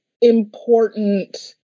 important